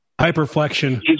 Hyperflexion